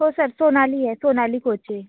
हो सर सोनाली आहे सोनाली कोचे